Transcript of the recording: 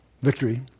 victory